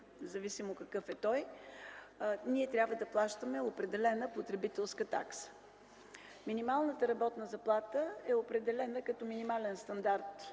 независимо какъв е той, трябва да плащаме определена потребителска такса. Поне засега в страната минималната работна заплата е определена като минимален стандарт